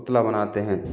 पुतला बनाते हैं